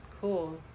Cool